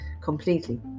completely